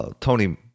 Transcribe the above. Tony